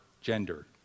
gender